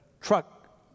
truck